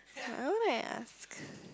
uh I wanna ask